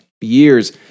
years